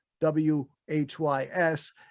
W-H-Y-S